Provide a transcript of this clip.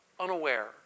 unaware